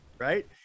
Right